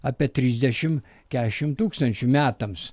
apie trisdešimt keturiasdešimt tūkstančių metams